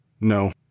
No